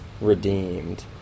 redeemed